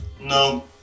No